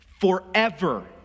forever